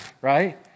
right